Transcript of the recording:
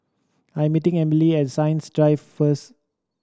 I am meeting Emmalee at Science Drive first